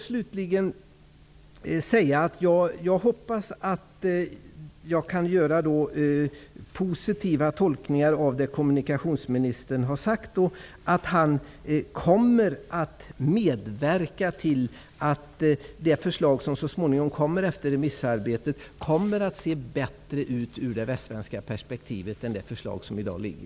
Slutligen hoppas jag att jag kan tolka det som kommunikationsministern har sagt positivt, dvs. att han tänker medverka till att det förslag som så småningom efter remissarbetet skall framläggas kommer att vara bättre -- sett ur det västsvenska perspektivet -- än det förslag som i dag finns.